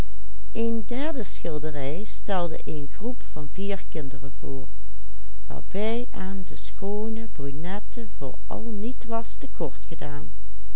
de schoone brunette vooral niet was te kort gedaan